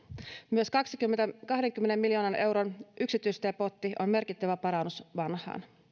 myös kahdenkymmenen miljoonan euron yksityistiepotti on merkittävä parannus vanhaan